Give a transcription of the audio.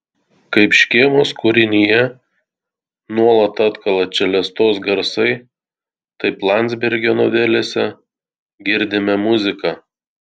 kaip škėmos kūrinyje nuolat atkala čelestos garsai taip landsbergio novelėse girdime muziką